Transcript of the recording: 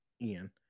Ian